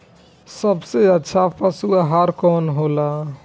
सबसे अच्छा पशु आहार कवन हो ला?